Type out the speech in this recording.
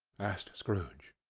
asked scrooge.